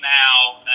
now